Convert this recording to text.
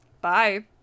Bye